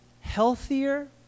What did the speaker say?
healthier